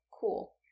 cool